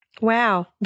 Wow